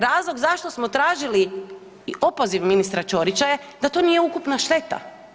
Razlog zašto smo tražili opoziv ministra Ćorića je da to nije ukupna šteta.